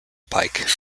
pike